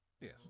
Yes